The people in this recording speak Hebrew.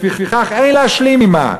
לפיכך אין להשלים עמה.